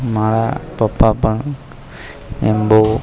મારા પપ્પા પણ એમ બહુ